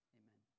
amen